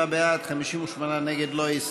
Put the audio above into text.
57 בעד, 58 נגד.